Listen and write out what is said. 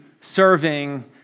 serving